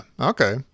Okay